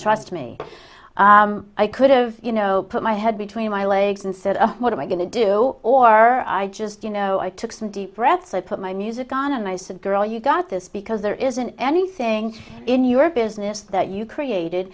trust me i could have you know put my head between my legs and said what am i going to do or i just you know i took some deep breaths i put my music on and i said girl you got this because there isn't anything in your business that you created